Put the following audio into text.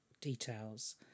details